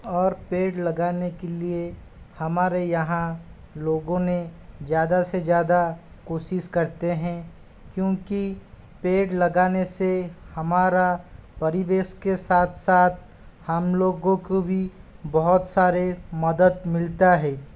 और पेड़ लगाने के लिए हमारे यहाँ लोगों ने ज़्यादा से ज़्यादा कोशिश करते हैं क्योंकि पेड़ लगाने से हमारा परिवेश के साथ साथ हम लोगों को भी बहुत सारे मदद मिलता है